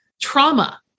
trauma